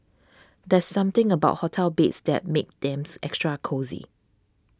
there's something about hotel beds that makes them extra cosy